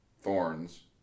thorns